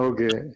Okay